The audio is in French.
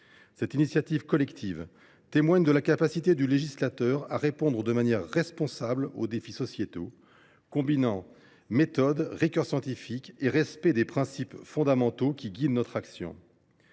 Cette initiative collective témoigne de la capacité du législateur à répondre de manière responsable aux défis sociétaux, combinant méthode, rigueur scientifique et respect des principes fondamentaux qui guident notre action.